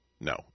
No